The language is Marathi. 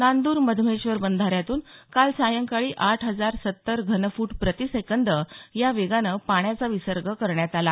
नांद्र मधमेश्वर बंधाऱ्यातून काल सायंकाळी आठ हजार सत्तर घनफूट प्रतिसेकंद या वेगानं पाण्याचा विसर्ग करण्यात आला